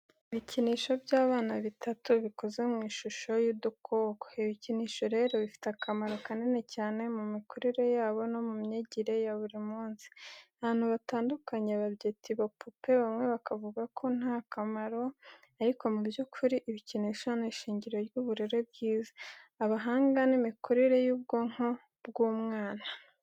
Ibikinisho by’abana bitatu, bikoze mu ishusho y’udukoko. Ibikinisho rero bifite akamaro kanini cyane mu mikurire yabo no mu myigire ya buri munsi. Abantu batandukanye babyita ibipupe, bamwe bakavuga ko nta kamaro ariko mu by’ukuri ibikinisho ni ishingiro ry’uburere bwiza, ubuhanga, n’imikurire y’ubwonko bw’umwana.